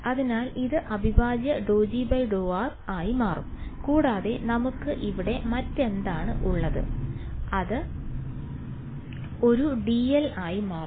അതിനാൽ ഇത് അവിഭാജ്യ ∂G∂r വലത് മാറും കൂടാതെ നമുക്ക് ഇവിടെ മറ്റെന്താണ് ഉള്ളത് ഇത് ഒരു dl ആയി മാറും